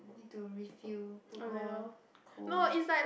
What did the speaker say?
need to refill put more coal